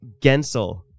Gensel